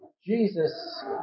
Jesus